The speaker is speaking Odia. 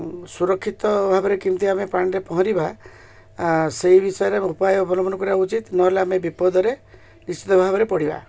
ସୁରକ୍ଷିତ ଭାବରେ କେମିତି ଆମେ ପାଣିରେ ପହଁରିବା ସେଇ ବିଷୟରେ ଉପାୟ ଅବଲମ୍ବନ କରିବା ଉଚିତ ନହେଲେ ଆମେ ବିପଦରେ ନିଶ୍ଚିତ ଭାବରେ ପଢ଼ିବା